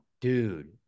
dude